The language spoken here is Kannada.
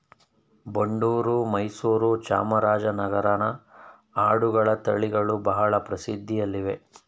ಬಂಡೂರು, ಮೈಸೂರು, ಚಾಮರಾಜನಗರನ ಆಡುಗಳ ತಳಿಗಳು ಬಹಳ ಪ್ರಸಿದ್ಧಿಯಲ್ಲಿವೆ